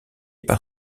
par